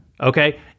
okay